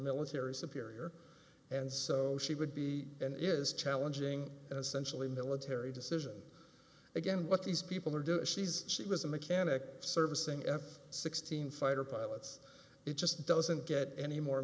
military superiors and so she would be and is challenging as sensually military decision again what these people are doing she's she was a mechanic servicing f sixteen fighter pilots it just doesn't get any more